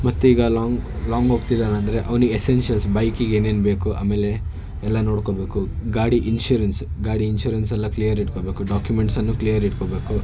ಮತ್ತು ಈಗ long long ಹೋಗ್ತಿದ್ದಾವೆ ಅಂದರೆ ಅವನ ಎಸೆನ್ಶಿಯಲ್ಸ್ ಬೈಕಿಗೆ ಏನೇನು ಬೇಕು ಆಮೇಲೆ ಎಲ್ಲ ನೋಡ್ಕೊಳ್ಬೇಕು ಗಾಡಿ ಇನ್ಶುರೆನ್ಸ್ ಗಾಡಿ ಇನ್ಶುರೆನ್ಸೆಲ್ಲ ಕ್ಲಿಯರ್ ಇಟ್ಕೊಳ್ಬೇಕು ಡಾಕ್ಯುಮೆಂಟ್ಸನ್ನು ಕ್ಲಿಯರ್ ಇಟ್ಕೊಳ್ಬೇಕು